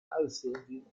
aussehen